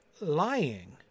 Lying